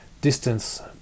distance